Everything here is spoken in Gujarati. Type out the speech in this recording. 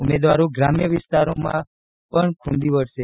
ઉમેદવારો ગ્રામ્ય વિસ્તારો પણ ખુંદી વળશે